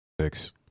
Six